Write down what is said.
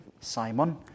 Simon